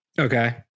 Okay